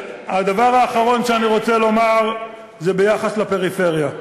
הדבר האחרון שאני רוצה לומר זה ביחס לפריפריה.